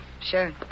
Sure